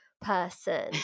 person